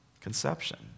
conception